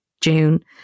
June